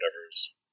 whatever's